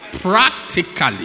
Practically